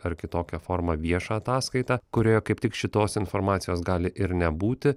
ar kitokią formą viešą ataskaitą kurioje kaip tik šitos informacijos gali ir nebūti